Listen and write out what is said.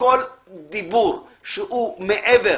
שכל דיבור שהוא מעבר